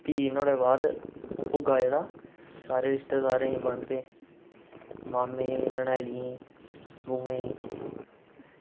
भी नुहाड़े बाद ओह् भुग्गा जेह्ड़ा सारे रिश्तेदारें ई बंडदे नानी ननिहालियें ई बूऐं ई